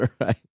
right